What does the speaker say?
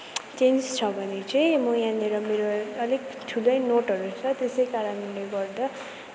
change छ भने चाहिँ म यहाँनिर मेरो अलिक ठुलै नोटहरू छ त्यसै कारणले गर्दा